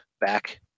back